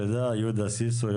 תודה יהודה סיסו,